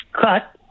cut